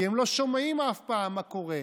כי הם לא שומעים אף פעם מה קורה,